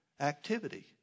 activity